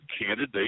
candidate